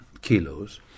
kilos